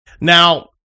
Now